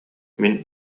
мин